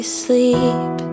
sleep